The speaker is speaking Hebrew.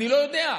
אני לא יודע.